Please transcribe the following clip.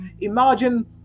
Imagine